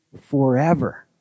Forever